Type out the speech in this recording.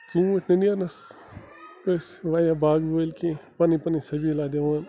ژوٗنٛٹھۍ نہ نیرنَس ٲسۍ واریاہ باغہٕ وٲلۍ کیٚنٛہہ پَنٕنۍ پَنٕنۍ سٔبیٖلا دِوان